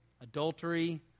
Adultery